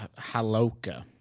Haloka